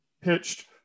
pitched